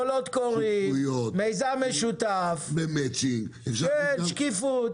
קולות קוראים, מיזם משותף, שקיפות.